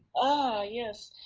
ah yes,